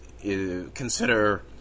consider